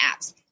apps